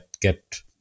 get